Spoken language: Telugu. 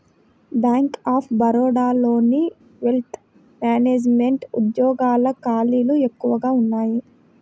బ్యేంక్ ఆఫ్ బరోడాలోని వెల్త్ మేనెజమెంట్ ఉద్యోగాల ఖాళీలు ఎక్కువగా ఉన్నయ్యి